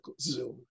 zoom